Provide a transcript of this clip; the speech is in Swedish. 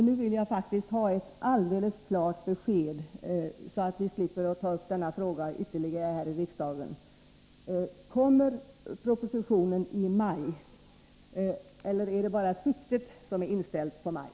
Nu vill jag faktiskt ha ett alldeles klart besked, så att vi slipper ta upp denna fråga ytterligare i riksdagen: Kommer propositionen i maj eller är det bara siktet som är inställt på maj?